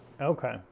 Okay